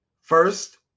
first